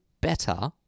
better